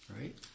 right